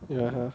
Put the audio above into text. (uh huh)